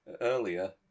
earlier